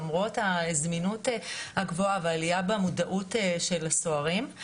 למרות הזמינות הגבוהה והעלייה במודעות של הסוהרים.